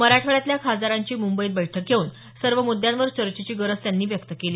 मराठवाड्यातल्या खासदारांची मुंबईत बैठक घेऊन सर्व म्द्यांवर चर्चेची गरज त्यांनी व्यक्त केली